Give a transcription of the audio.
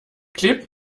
klebt